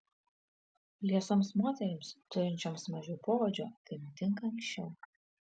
liesoms moterims turinčioms mažiau poodžio tai nutinka anksčiau